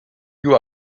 you